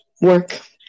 work